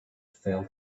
fell